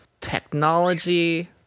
technology